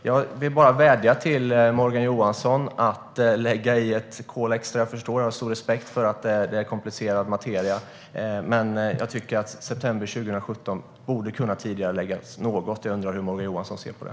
Jag vill bara vädja till Morgan Johansson att lägga på ett kol extra. Jag förstår och har stor respekt för att det är komplicerad materia. Men jag tycker att det borde kunna tidigareläggas något. Jag undrar hur Morgan Johansson ser på det.